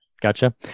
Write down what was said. gotcha